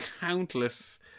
countless